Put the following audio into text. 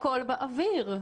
הכול באוויר.